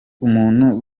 umuntu